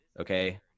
okay